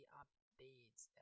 updates